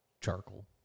charcoal